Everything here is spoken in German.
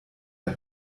der